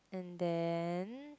and then